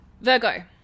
Virgo